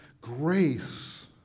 grace